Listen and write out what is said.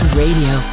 radio